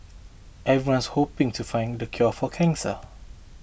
everyone's hoping to find the cure for cancer